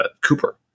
Cooper